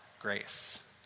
grace